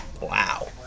Wow